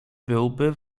byłby